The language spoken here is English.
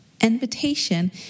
invitation